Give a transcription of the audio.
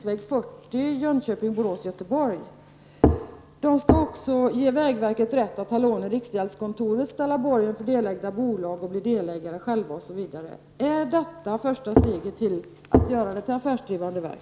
Vägverket skall också ges rätt att ta lån hos riksgäldskontoret, ställa borgen för delägt bolag, bli delägare själv osv. Är detta första steget mot att göra vägverket till ett affärsdrivande verk?